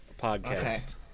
podcast